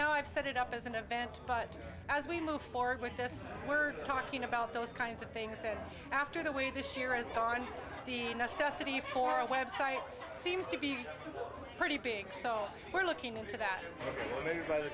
now i've set it up as an event but as we move forward with this we're talking about those kinds of things after the way this year as the necessity for a web site seems to be pretty big so we're looking into that